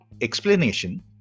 explanation